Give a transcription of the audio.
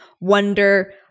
wonder